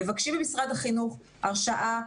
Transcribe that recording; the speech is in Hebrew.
מבקשים ממשרד החינוך הרשאה,